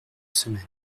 semaine